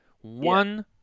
one